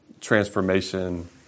transformation